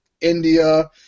India